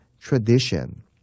tradition